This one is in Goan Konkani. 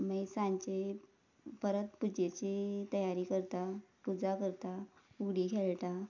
मागीर सांजे परत पुजेची तयारी करता पुजा करता फुगडी खेळटा